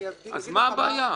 מה הבעיה?